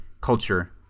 culture